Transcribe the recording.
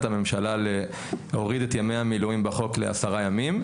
הממשלה להוריד את ימי המילואים בחוק לעשרה ימים.